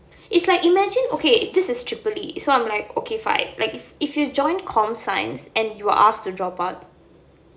is like imagine okay this is triple E so I'm like okay fine like if you join computer science and you ask to drop out